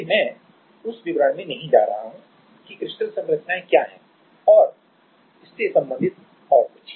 इसलिए मैं उस विवरण में नहीं जा रहा हूं कि क्रिस्टल संरचनाएं क्या है और सभी कुछ